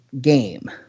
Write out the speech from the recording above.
game